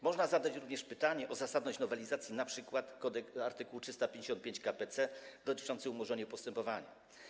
Można zadać również pytanie o zasadność nowelizacji np. art. 355 k.p.c. dotyczącej umorzenia postępowania.